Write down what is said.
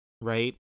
Right